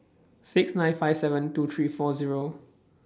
six nine five seven two three four Zero